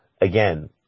again